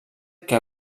que